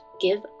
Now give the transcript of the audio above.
give